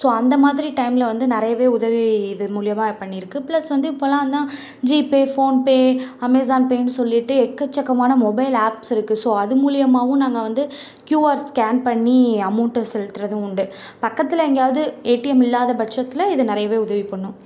so அந்த மாதிரி டைமில் வந்து நிறையவே உதவி இது மூலிமா வந்து பண்ணியிருக்கு பிளஸ் வந்து இப்போலான் தான் ஜிபே போன்பே அமேசான்பேன்னு சொல்லிட்டு எக்கச்சக்கமான மொபைல் ஆஃப்ஸ் இருக்குது ஸோ அது மூலிமாவும் நாங்கள் வந்து க்யுஆர் ஸ்கேன் பண்ணி அமௌண்ட்டு செலுத்துவதும் உண்டு வந்து பக்கத்தில் எங்கேயாவது வந்து ஏடிம் இல்லாத பட்சத்த்தில் இது நிறையவே உதவி பண்ணும்